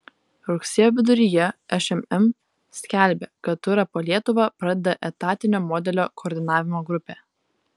rugsėjo viduryje šmm skelbė kad turą po lietuvą pradeda etatinio modelio koordinavimo grupė